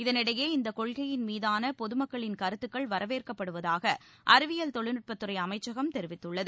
இதனிடையே இந்த கொள்கையின் மீதான பொதுமக்களின் கருத்துக்கள் வரவேற்கப்படுவதாக அறிவியல் தொழில்நுட்பத்துறை அமைச்சகம் தெரிவித்துள்ளது